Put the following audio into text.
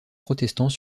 protestants